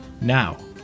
Now